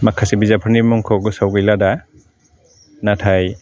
माखासे बिजाबफोरनि मुंखौ गोसोआव गैला दा नाथाय